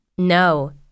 No